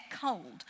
cold